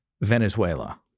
Venezuela